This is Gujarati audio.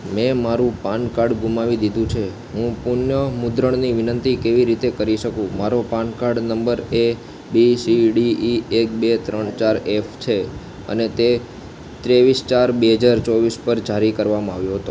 મેં મારું પાન કાર્ડ ગુમાવી દીધું છે હું પુન મુદ્રણની વિનંતી કેવી રીતે કરી શકું મારો PAN card number A B C D E એક બે ત્રણ ચાર એફ છે અને તે ત્રેવીસ ચાર બે હજાર ચોવીસ પર જારી કરવામાં આવ્યો હતો